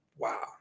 Wow